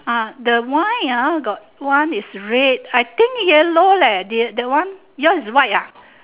ah the wine ah got one is red I think yellow leh the that one yours is white ah